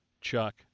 Chuck